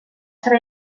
serà